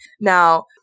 now